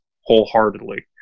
wholeheartedly